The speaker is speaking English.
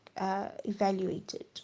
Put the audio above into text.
evaluated